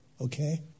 okay